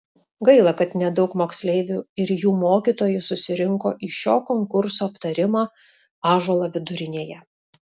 gaila kad nedaug moksleivių ir jų mokytojų susirinko į šio konkurso aptarimą ąžuolo vidurinėje